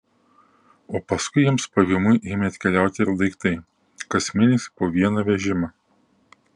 o paskui jiems pavymui ėmė atkeliauti ir daiktai kas mėnesį po vieną vežimą